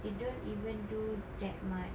you don't even do that much